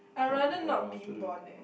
I rather not being born eh